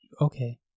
okay